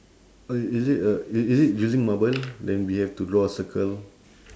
uh is it a is is it using marble then we have to draw a circle